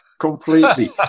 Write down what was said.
Completely